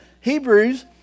Hebrews